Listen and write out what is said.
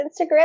Instagram